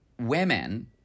women